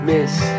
Miss